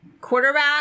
quarterback